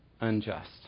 unjust